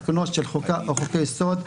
עקרונות של חוקה או חוקי יסוד,